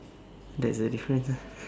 there's a difference ah